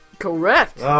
Correct